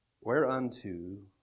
whereunto